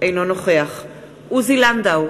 אינו נוכח עוזי לנדאו,